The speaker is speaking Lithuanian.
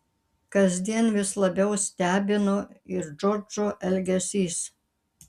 kasdien vis labiau stebino ir džordžo elgesys